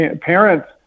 parents